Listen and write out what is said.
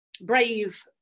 brave